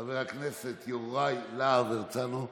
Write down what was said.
חבר הכנסת יוראי להב הרצנו,